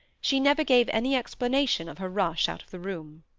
she never gave any explanation of her rush out of the room.